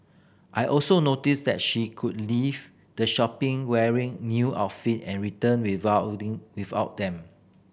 I also noticed that she could leave the shop wearing new outfit and returned without without them